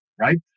Right